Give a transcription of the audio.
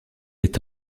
est